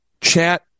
chat